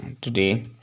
today